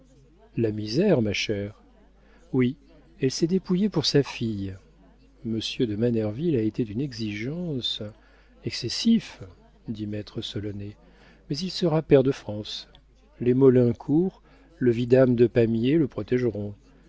la misère ma chère oui elle s'est dépouillée pour sa fille monsieur de manerville a été d'une exigence excessive dit maître solonet mais il sera pair de france les maulincour le vidame de pamiers le